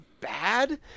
bad